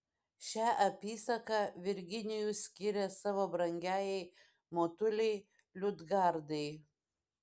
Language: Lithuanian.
šią apysaką virginijus skiria savo brangiajai motulei liudgardai